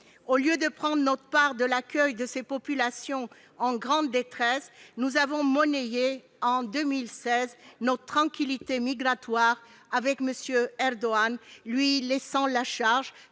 Au lieu de prendre notre part de l'accueil de ces populations en grande détresse, nous avons monnayé, en 2016, notre tranquillité migratoire avec M. Erdogan, lui laissant la charge